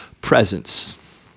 presence